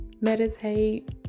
Meditate